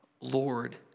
Lord